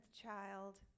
child